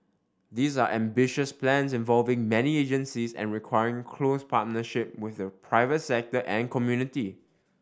these are ambitious plans involving many agencies and requiring close partnership with the private sector and community